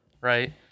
Right